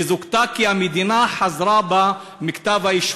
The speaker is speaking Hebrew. היא זוכתה כי המדינה חזרה בה מכתב-האישום.